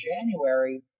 January